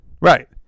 Right